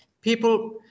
people